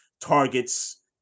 targets